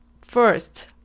first